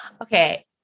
Okay